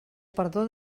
perdó